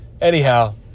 anyhow